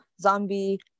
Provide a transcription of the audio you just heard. zombie